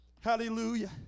hallelujah